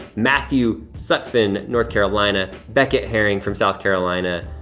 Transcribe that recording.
matthew sutfin north carolina, beckett herring from south carolina.